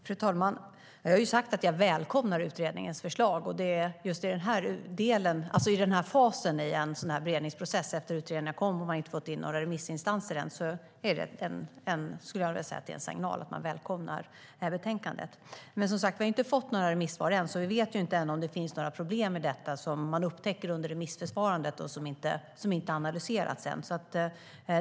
Fru talman! Jag har sagt att jag välkomnar utredningens förslag. I den här fasen av beredningsprocessen, efter att utredningen kommit och man ännu inte har fått in några svar från remissinstanserna, är det - skulle jag vilja säga - en signal att man välkomnar betänkandet. Vi har som sagt inte fått några remissvar ännu och vet inte om det finns några problem som upptäcks under remissförfarandet och som ännu inte har analyserats.